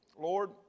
Lord